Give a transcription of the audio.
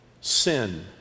Sin